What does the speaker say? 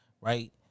right